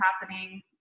happening